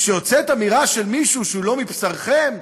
כשיוצאת אמירה של מישהו שהוא לא מבשרכם,